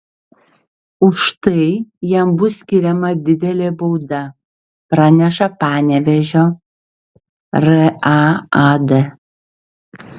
už tai jam bus skiriama didelė bauda praneša panevėžio raad